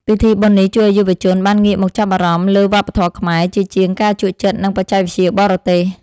ពិធីបុណ្យនេះជួយឱ្យយុវជនបានងាកមកចាប់អារម្មណ៍លើវប្បធម៌ខ្មែរ ជាជាងការជក់ចិត្តនឹងបច្ចេកវិទ្យាបរទេស។